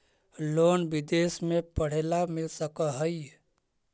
Loan विदेश में पढ़ेला मिल सक हइ?